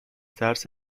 ترس